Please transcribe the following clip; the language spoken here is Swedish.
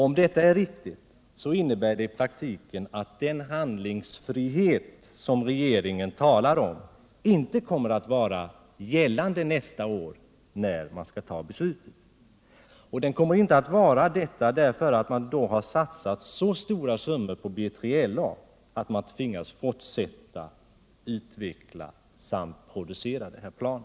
Om detta är riktigt, innebär det i praktiken att den handlingsfrihet som regeringen talar om inte kommer att föreligga nästa år när man skall fatta det avgörande beslutet, eftersom man då har satsat så stora summor på B3LA att man tvingas fortsätta att utveckla och producera detta plan.